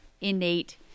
innate